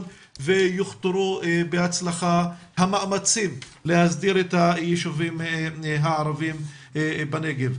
ויוכתרו בהצלחה המאמצים להסדיר את הישובים הערבים בנגב.